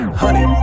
honey